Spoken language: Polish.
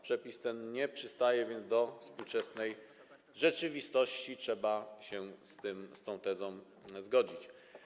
Przepis ten nie przystaje więc do współczesnej rzeczywistości, trzeba się z tą tezą zgodzić.